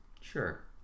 Sure